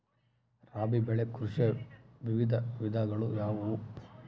ರಾಬಿ ಬೆಳೆ ಕೃಷಿಯ ವಿವಿಧ ವಿಧಗಳು ಯಾವುವು?